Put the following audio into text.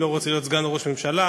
לא רוצה להיות סגן ראש ממשלה,